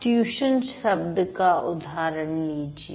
आप ट्यूशन शब्द का उदाहरण लीजिए